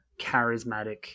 charismatic